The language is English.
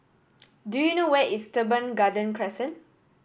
do you know where is Teban Garden Crescent